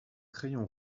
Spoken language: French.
crayon